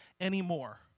anymore